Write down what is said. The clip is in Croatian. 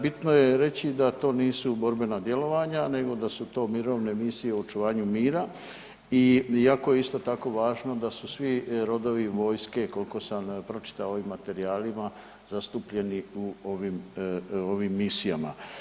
Bitno je reći da to nisu borbena djelovanja nego da su to mirovne misije o očuvanju mira i jako je isto tako važno da su svi rodovi vojske, kolko sam pročitao u ovim materijalima, zastupljeni u ovim, u ovim misijama.